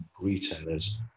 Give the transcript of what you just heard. retailers